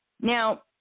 Now